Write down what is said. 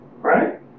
Right